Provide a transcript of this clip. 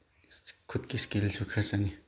ꯈꯨꯠꯀꯤ ꯁ꯭ꯀꯤꯜꯁꯨ ꯈꯔ ꯆꯪꯉꯤ